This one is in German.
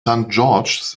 george’s